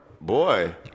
Boy